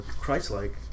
Christ-like